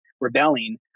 rebelling